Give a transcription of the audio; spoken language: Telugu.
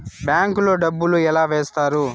బ్యాంకు లో డబ్బులు ఎలా వేస్తారు